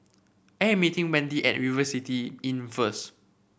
I am meeting Wendy at River City Inn first